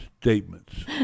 statements